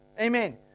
Amen